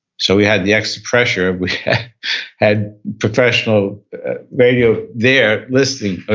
so we had the extra pressure of we had professional radio there listening, ah